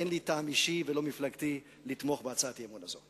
אין לי טעם אישי ולא מפלגתי לתמוך בהצעת האי-אמון הזאת.